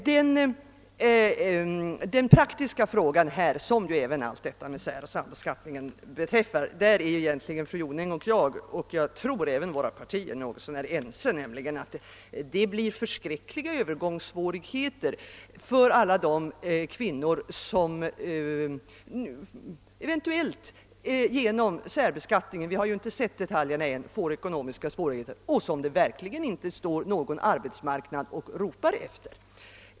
I den praktiska frågan som har med särbeskattning och sambeskattning att göra tror jag att fru Jonäng och jag och våra partier är något så när ense om att det blir förskräckliga övergångssvårigheter för alla de kvinnor som genom särbeskattningen eventuellt — vi har ju ännu inte sett tabellen — får ekonomiska svårigheter och som arbetsmarknaden verkligen inte ropar efter.